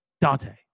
Dante